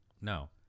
No